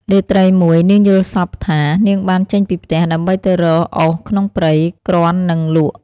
រាត្រីមួយ នាងយល់សប្តិថា នាងបានចេញពីផ្ទះ ដើម្បីទៅរកអុសក្នុងព្រៃ គ្រាន់នឹងលក់ ។